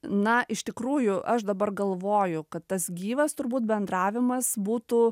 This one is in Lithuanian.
na iš tikrųjų aš dabar galvoju kad tas gyvas turbūt bendravimas būtų